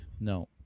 No